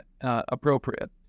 appropriate